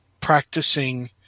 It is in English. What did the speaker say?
practicing